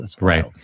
Right